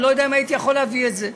אני לא יודע אם הייתי יכול להביא את זה.